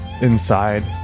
inside